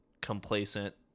complacent